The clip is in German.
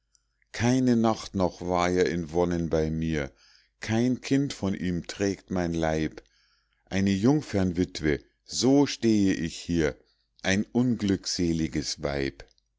keine nacht noch war er in wonnen bei mir kein kind von ihm trägt mein leib eine jungfernwitwe so stehe ich hier ein unglückseliges weib